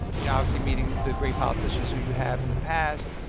you know, obviously meeting the great politicians who you have in the past?